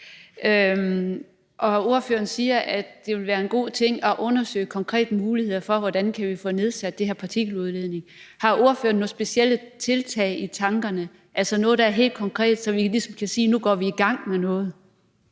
Ordføreren siger, at det vil være en god ting at undersøge konkrete muligheder for, hvordan vi kan få nedsat den her partikeludledning. Har ordføreren nogle specielle tiltag i tankerne, altså noget, der er helt konkret, så vi ligesom kan sige, at nu går vi i gang med noget?